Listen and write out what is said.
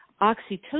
oxytocin